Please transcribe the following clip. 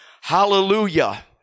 Hallelujah